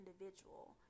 individual